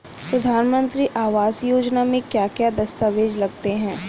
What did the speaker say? प्रधानमंत्री आवास योजना में क्या क्या दस्तावेज लगते हैं?